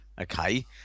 okay